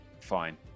fine